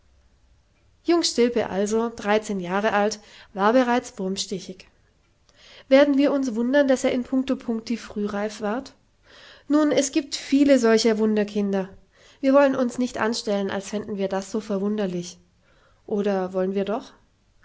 jung stilpe also dreizehn jahre alt war bereits wurmstichig werden wir uns wundern daß er in puncto puncti frühreif ward nun es giebt viele solche wunderkinder wir wollen uns nicht anstellen als fänden wir das so verwunderlich oder wollen wir doch